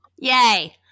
Yay